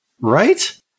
Right